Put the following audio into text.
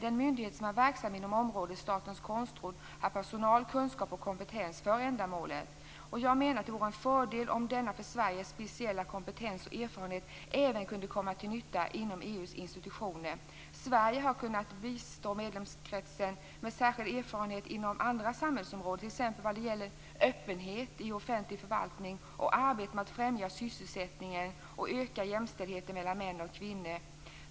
Den myndighet som är verksam inom området, Statens konstråd, har personal, kunskap och kompetens för ändamålet. Jag menar att det vore en fördel om denna för Sverige speciella kompetens och erfarenhet även kunde komma till nytta inom EU:s institutioner. Sverige har kunnat bistå medlemskretsen med särskilda erfarenheter inom andra samhällsområden, t.ex. vad gäller öppenhet i offentlig förvaltning och arbete med att främja sysselsättningen och öka jämställdheten mellan män och kvinnor.